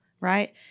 right